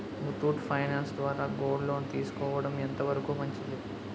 Muthoot finance ద్వారా gold loan తీసుకోవడం ఎంత వరకు మంచిది?